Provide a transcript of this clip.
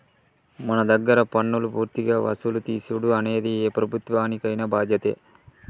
మన దగ్గర పన్నులు పూర్తిగా వసులు తీసుడు అనేది ఏ ప్రభుత్వానికైన బాధ్యతే